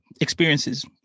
experiences